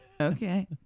Okay